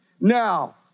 Now